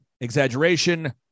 exaggeration